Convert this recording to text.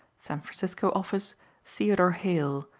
san francisco office theodore hale,